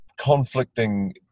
conflicting